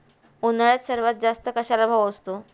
उन्हाळ्यात सर्वात जास्त कशाला भाव असतो?